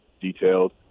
detailed